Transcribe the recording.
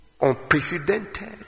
unprecedented